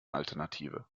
alternative